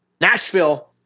Nashville